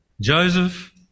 Joseph